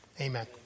amen